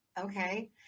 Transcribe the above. Okay